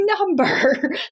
number